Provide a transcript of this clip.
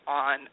on